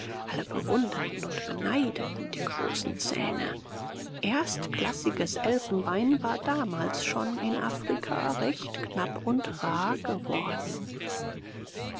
alle bewunderten und beneideten die großen zähne erstklassiges elfenbein war damals schon in afrika recht knapp und rar geworden